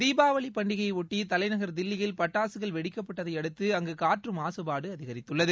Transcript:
தீபாவளி பண்டிகையையொட்டி தலைநகர் தில்லியில் பட்டாககள் வெடிக்கப்பட்டதையடுத்து அங்கு காற்று மாசுபாடு அதிகரித்துள்ளது